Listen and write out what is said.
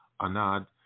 Anad